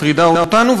היא מטרידה אותנו,